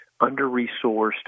under-resourced